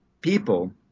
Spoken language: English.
people